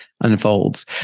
unfolds